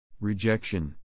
rejection